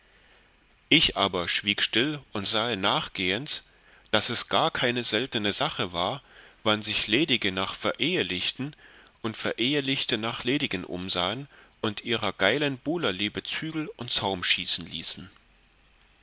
ich aber schwieg still und sahe nachgehends daß es gar keine seltene sache war wann sich ledige nach verehlichten und verehlichte nach ledigen umsahen und ihrer geilen buhlerliebe zügel und zaum schießen ließen